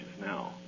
now